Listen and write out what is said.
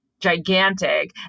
gigantic